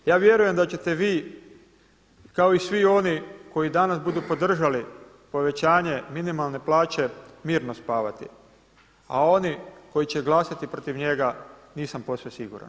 Ja vjerujem da ćete vi kao i svi oni koji danas budu podržali povećanje minimalne plaće mirno spavati a oni koji će glasati protiv njega nisam posve siguran.